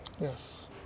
Yes